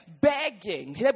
begging